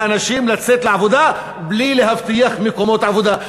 האנשים לצאת לעבודה בלי להבטיח מקומות עבודה.